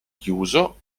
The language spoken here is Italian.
chiuso